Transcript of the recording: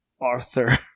Arthur